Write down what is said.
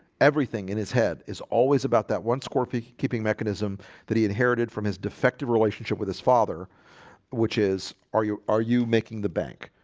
everything in his head is always about that one scorpy keeping mechanism that he inherited from his defective relationship with his father which is are you are you making the bank?